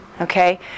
okay